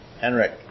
Henrik